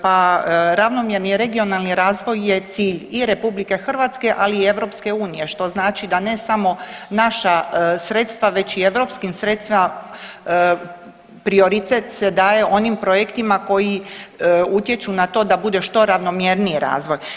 Pa ravnomjerni regionalni razvoj je cilj i RH, ali i EU, što znači da ne samo naša sredstva već i europskim sredstvima prioritet se daje onim projektima koji utječu na to da bude što ravnomjerniji razvoj.